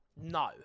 No